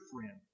friend